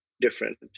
different